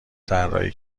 طراحی